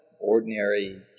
ordinary